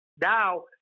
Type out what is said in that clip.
now